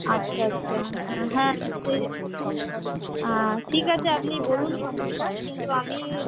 আচ্ছা আচ্ছা হ্যাঁ সে ঠিক আছে আপনি বলুন সমস্যা কিন্তু আমি